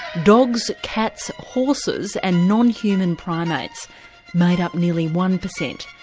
dogs, cats, horses and non-human primates made up nearly one per cent.